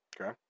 Okay